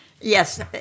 yes